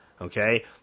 okay